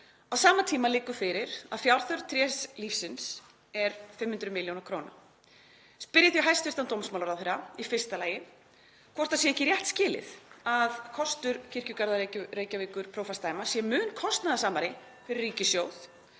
Á sama tíma liggur fyrir að fjárþörf Trés lífsins er 500 millj. kr. Ég spyr því hæstv. dómsmálaráðherra í fyrsta lagi hvort það sé ekki rétt skilið að kostur Kirkjugarða Reykjavíkurprófastsdæma sé mun kostnaðarsamari fyrir ríkissjóð.